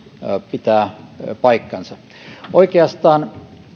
pitää paikkansa oikeastaan